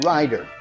Rider